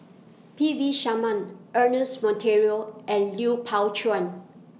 P V Sharma Ernest Monteiro and Lui Pao Chuen